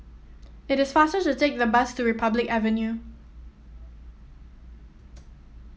it is faster to take the bus to Republic Avenue